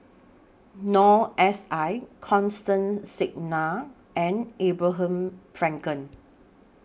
Noor S I Constance Singam and Abraham Frankel